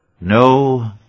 No